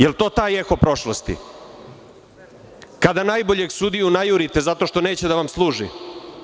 Da li je to taj eho prošlosti, kada najboljeg sudiju najurite zato što neće da vam služi?